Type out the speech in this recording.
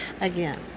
Again